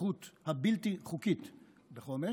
לנוכחות הבלתי-חוקית בחומש.